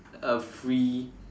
a free